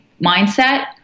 mindset